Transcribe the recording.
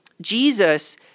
Jesus